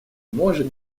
может